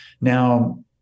now